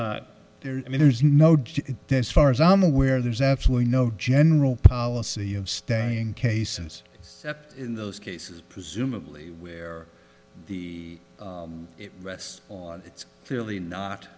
not there i mean there's no do it as far as i'm aware there's absolutely no general policy of staying cases step in those cases presumably where the u s or it's fairly not